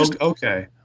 Okay